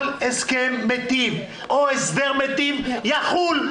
כל הסכם מיטיב או הסדר מיטיב יחול.